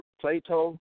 Plato